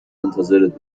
منتظرت